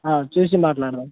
చూసి మాట్లాడదాం